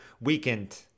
weekend